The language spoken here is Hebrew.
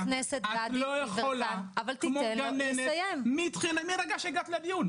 את לא יכולה כמו גננת מהרגע שהגעת לדיון.